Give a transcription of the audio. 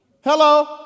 Hello